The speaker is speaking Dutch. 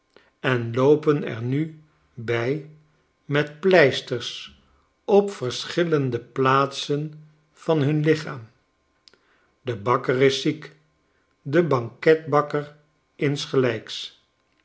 en loopen er nu bij metpleistors op verschillende plaatsen van hun lichaam de bakker is ziek de banketbakker insgelijks